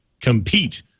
compete